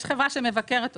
יש חברה שמבקרת אותנו.